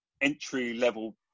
entry-level